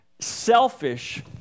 selfish